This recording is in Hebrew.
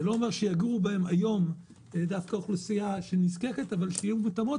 זה לא אומר שתגור בהן היום דווקא אוכלוסייה שנזקקת אבל שיהיו מותאמות,